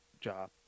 job